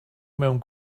mewn